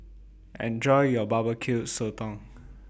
Enjoy your B B Q Sotong